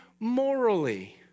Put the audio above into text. morally